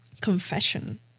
confession